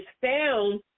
found